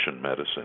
medicine